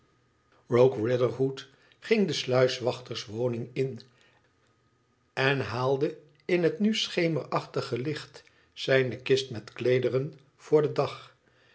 riderhood ging de sluiswachterswoning in en haalde in het nu schemerachtige licht zijne kist met kleederen voor den dag